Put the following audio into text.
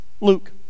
Luke